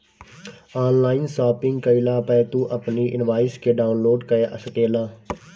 online shopping कईला पअ तू अपनी इनवॉइस के डाउनलोड कअ सकेला